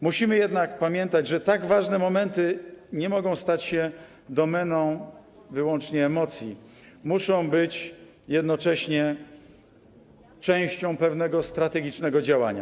Musimy jednak pamiętać, że tak ważne momenty nie mogą stać się domeną wyłącznie emocji, muszą być jednocześnie częścią pewnego strategicznego działania.